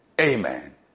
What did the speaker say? amen